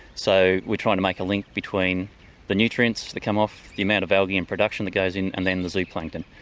so we're trying to make a link between the nutrients that come off the amount of algae in production goes in and then the zooplankton.